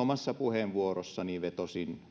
omassa puheenvuorossani vetosin